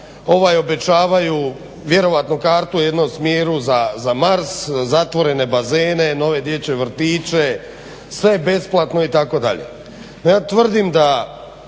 glasača obećavaju vjerojatno kartu u jednom smjeru za Mars, zatvorene bazene, nove dječje vrtiće, sve besplatno itd. No ja tvrdim da